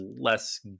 less